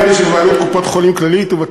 אלה שבבעלות קופת-חולים כללית ואלה